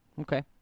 Okay